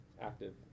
active